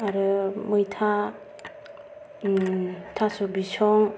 आरो मैथा थास' बिसं